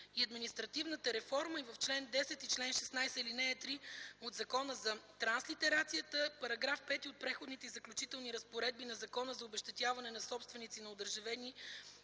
и административната реформа в чл. 10 и чл. 16, ал. 3 от Закона за транслитерацията и §5 от Преходните и заключителни разпоредби на Закона за обезщетяване на собственици на одържавени